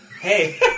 hey